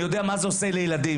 אני יודע מה זה עושה לילדים,